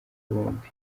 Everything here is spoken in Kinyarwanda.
bombi